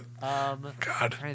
God